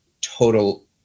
total